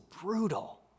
brutal